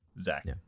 Zach